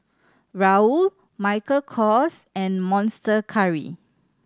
Raoul Michael Kors and Monster Curry